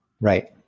Right